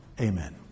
amen